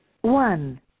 One